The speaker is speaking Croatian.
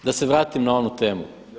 Da se vratim na onu temu.